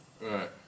Right